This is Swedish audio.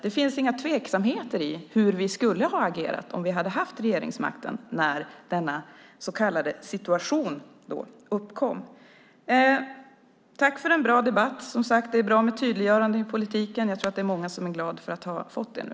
Det finns inga tveksamheter om hur vi skulle ha agerat om vi hade haft regeringsmakten när denna så kallade situation uppkom. Tack för en bra debatt! Det är bra med tydliggöranden i politiken. Jag tror att det är många som är glada för att ha fått det nu.